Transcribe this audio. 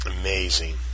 Amazing